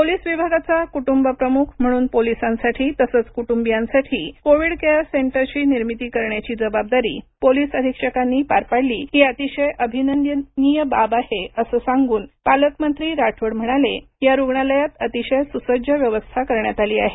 police विभागाचा कुटुंबप्रमुख म्हणून पोलिसांसाठी तसेच त्यांच्या कुटुंबियांसाठी कोव्हीड केअर सेंटरची निर्मिती करण्याची जबाबदारी पोलिस अधिक्षकांनी पार पाडली ही अतिशय अभिनंदनीय बाब आहे असे सांगन पालकमंत्री राठोड म्हणाले या रुग्णालयात अतिशय सुसज्ज व्यवस्था करण्यात आली आहे